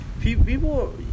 People